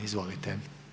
Izvolite.